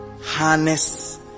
harness